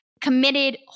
committed